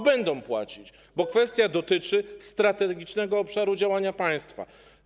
Będą płacić, bo kwestia dotyczy strategicznego obszaru działania państwa.